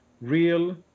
real